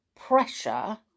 pressure